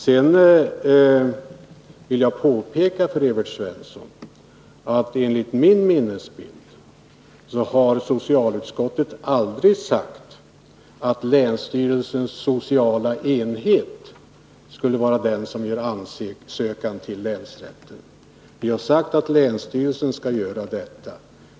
Sedan vill jag påpeka för Evert Svensson att enligt min minnesbild har socialutskottet aldrig sagt att länsstyrelsens sociala enhet skulle göra ansökan tilllänsrätten. Vi har sagt att länsstyrelsen skall göra detta.